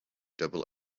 double